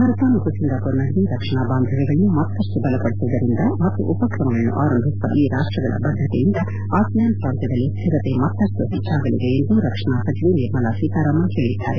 ಭಾರತ ಮತ್ತು ಸಿಂಗಾಪುರ್ ನಡುವೆ ರಕ್ಷಣಾ ಬಾಂಧವ್ಚಗಳನ್ನು ಮತ್ತಪ್ಪು ಬಲಪಡಿಸುವುದರಿಂದ ಮತ್ತು ಉಪಕ್ರಮಗಳನ್ನು ಆರಂಭಿಸುವ ಈ ರಾಷ್ಟಗಳ ಬದ್ದತೆಯಿಂದ ಆಸಿಯಾನ್ ಪ್ರಾಂತ್ವದಲ್ಲಿ ಸ್ಟಿರತೆ ಮತ್ತಷ್ಟು ಹೆಚ್ಚಾಗಲಿದೆ ಎಂದು ರಕ್ಷಣಾ ಸಚಿವೆ ನಿರ್ಮಲಾ ಸೀತಾರಾಮನ್ ಹೇಳಿದ್ದಾರೆ